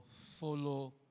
follow